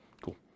Cool